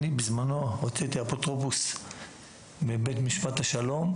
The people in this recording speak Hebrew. אני בזמנו רציתי אפוטרופוס מבית משפט השלום,